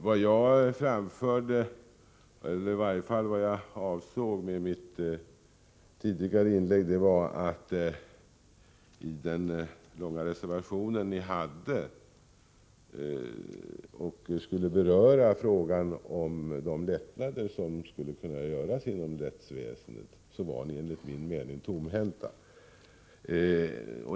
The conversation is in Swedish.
Herr talman! I mitt tidigare inlägg framförde jag som min åsikt att ni, trots den långa reservationen om tänkbara lättnader i rättsväsendet, ändå var tomhänta.